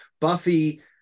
Buffy